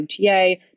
mta